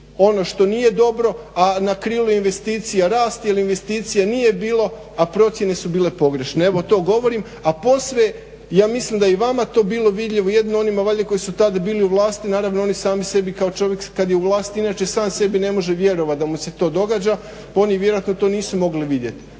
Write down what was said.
ono što nije dobro, a na … investicija rast ili investicije nije bilo a procjene su bile pogrešne. Evo to govorim, a posve ja mislim da je i vama to bilo vidljivo, jedino onima valjda koji su tada bili u vlasti, naravno oni sami sebi kao čovjek kad je u vlasti inače sam sebi ne može vjerovat da mu se to događa pa oni i vjerojatno to nisu mogli vidjet,